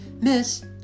Miss